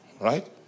right